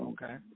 Okay